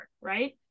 right